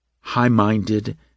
high-minded